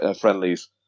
Friendlies